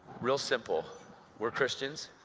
really simple we're christians,